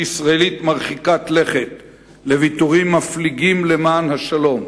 ישראלית מרחיקת לכת לוויתורים מפליגים למען השלום